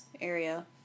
area